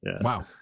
Wow